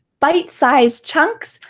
bite sized chunks,